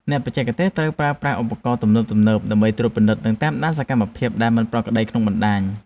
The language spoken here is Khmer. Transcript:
អ្នកបច្ចេកទេសត្រូវចេះប្រើប្រាស់ឧបករណ៍ទំនើបៗដើម្បីត្រួតពិនិត្យ និងតាមដានសកម្មភាពដែលមិនប្រក្រតីក្នុងបណ្តាញ។